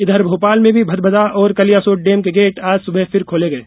इधर भोपाल में भदभदा और कलियासोत डेम के गेट आज सुबह फिर खोले गये